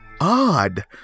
Odd